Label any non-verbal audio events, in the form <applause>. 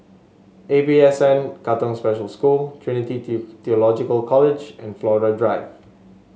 A P S N Katong Special School Trinity <unintelligible> Theological College and Flora Drive